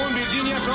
virginia.